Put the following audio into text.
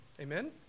Amen